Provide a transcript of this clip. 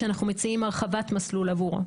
שאנחנו מציעים הרחבת מסלול עבורו.